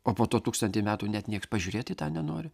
o po to tūkstantį metų net nieks pažiūrėti į tą nenori